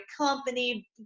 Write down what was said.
company